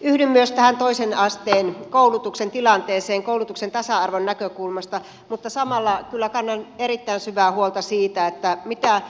yhdyn myös tähän toisen asteen koulutuksen tilanteeseen koulutuksen tasa arvon näkökulmasta mutta samalla kyllä kannan erittäin syvää huolta siitä mitä